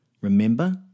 Remember